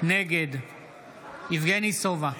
נגד יבגני סובה,